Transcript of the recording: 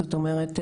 זאת אומרת,